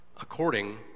according